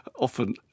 often